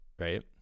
right